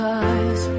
eyes